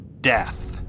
Death